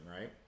right